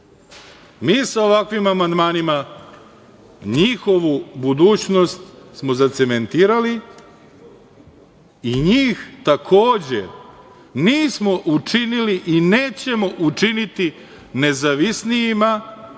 Mi sa ovakvim amandmanima njihovu budućnost smo zacementirali i njih takođe nismo učinili i nećemo učiniti nezavisnijima,